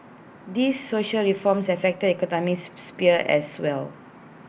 these social reforms affect the economic sphere as well